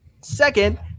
Second